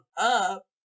up